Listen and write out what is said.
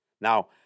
Now